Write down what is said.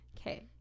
Okay